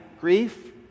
grief